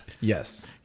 yes